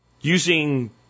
Using